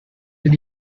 with